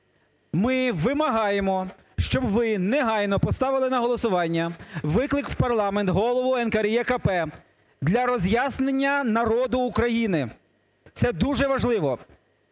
Ми вимагаємо, щоб ви негайно поставили на голосування виклик в парламент голову НКРЕКП для роз'яснення народу України. Це дуже важливо.